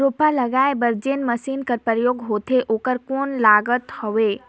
रोपा लगाय बर जोन मशीन कर उपयोग होथे ओकर कौन लागत हवय?